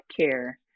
Care